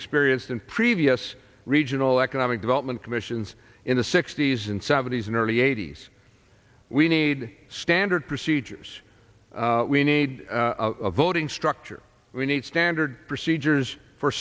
experienced in previous regional economic development commissions in the sixty's and seventy's and early eighty's we need standard procedures we need a voting structure we need standard procedures for